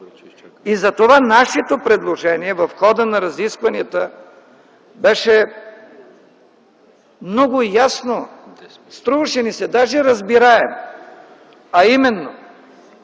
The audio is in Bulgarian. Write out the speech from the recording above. и затова нашето предложение в хода на разискванията беше много ясно, струваше ни се даже разбираемо: когато